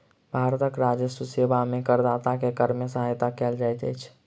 भारतीय राजस्व सेवा में करदाता के कर में सहायता कयल जाइत अछि